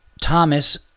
Thomas